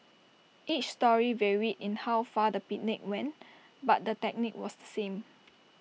each story varied in how far the picnic went but the technique was the same